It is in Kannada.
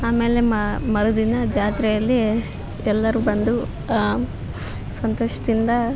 ಆಮೇಲೆ ಮರುದಿನ ಜಾತ್ರೆಯಲ್ಲಿ ಎಲ್ಲರು ಬಂದು ಸಂತೋಷದಿಂದ